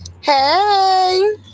Hey